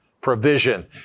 provision